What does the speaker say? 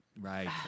Right